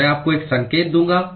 मैं आपको एक संकेत दूंगा